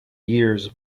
years